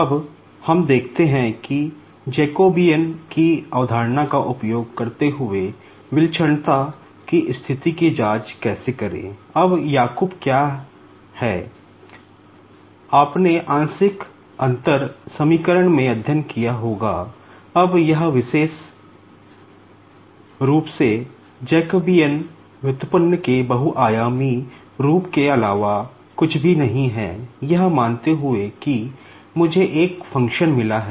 अब हम देखते हैं जैकोबियन है